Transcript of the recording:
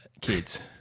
kids